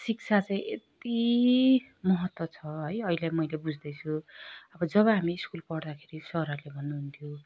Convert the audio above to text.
शिक्षा चाहिँ यत्ति महत्त्व छ है अहिले मैले बुझ्दैछु अब जब हामी स्कुल पढ्दाखेरि सरहरूले भन्नुहुन्थ्यो